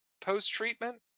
post-treatment